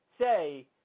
say